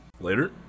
later